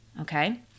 okay